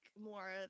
more